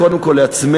קודם כול לעצמנו,